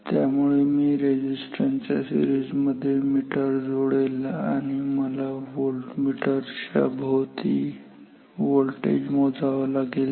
त्यामुळे मी रेझिस्टन्स च्या सीरिजमध्ये मीटर जोडेल आणि मला व्होल्टमीटर च्या भोवती व्होल्टेज मोजावा लागेल